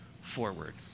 forward